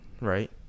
Right